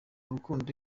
rukundo